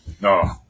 No